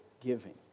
giving